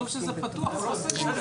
זה לא סגור.